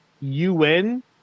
UN